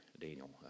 Daniel